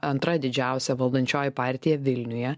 antra didžiausia valdančioji partija vilniuje